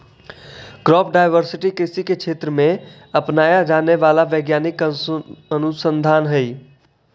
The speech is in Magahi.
क्रॉप डायवर्सिटी कृषि के क्षेत्र में अपनाया जाने वाला वैज्ञानिक अनुसंधान हई